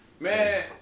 Man